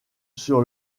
sur